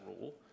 rule